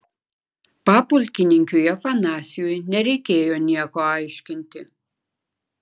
papulkininkiui afanasijui nereikėjo nieko aiškinti